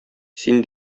син